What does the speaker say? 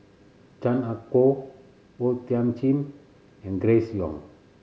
Chan Ah Kow O Thiam Chin and Grace Young